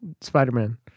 Spider-Man